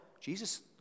Jesus